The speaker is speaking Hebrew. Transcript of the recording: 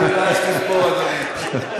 אין לי בעיה שתספור, אדוני.